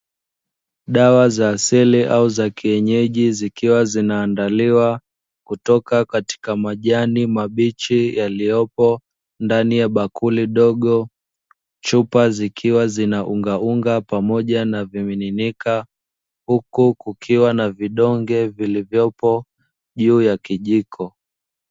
Dawa za asili au za kienyeji zikiwa zinaandaliwa kutoka katika majani mabichi yaliyopo ndani ya bakuli dogo, chupa zikiwa zinaungaunga pamoja na vimiminika huku kukiwa na vidonge vilivyoko juu ya kijiko.